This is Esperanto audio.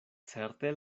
certe